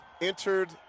entered